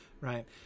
right